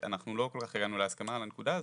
אנחנו לא כל כך הגענו להסכמה על הנקודה הזאת,